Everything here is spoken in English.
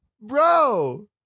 Bro